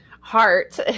heart